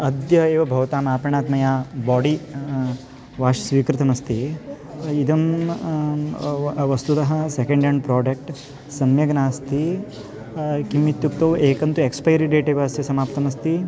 अद्य एव भवताम् आपणात् मया बोडि वाश् स्वीकृतमस्ति इदं व वस्तुतः सेकेण्ड् हेण्ड् प्रोडेक्ट् सम्यग् नास्ति किम् इत्युक्तौ एकं तु एक्स्पैरी डेट् एव अस्य समाप्तमस्ति